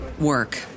work